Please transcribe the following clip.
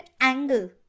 angle